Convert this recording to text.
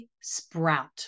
sprout